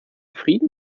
frieden